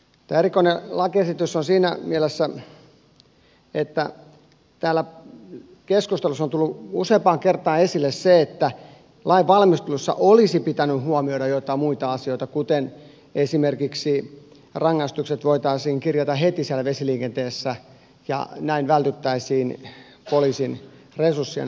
tämä on erikoinen lakiesitys siinä mielessä että täällä keskustelussa on tullut useampaan kertaan esille se että lain valmistelussa olisi pitänyt huomioida joitain muita asioita kuten esimerkiksi että rangaistukset voitaisiin kirjata heti siellä vesiliikenteessä ja näin vältyttäisiin poliisin resurssien haaskaamiselta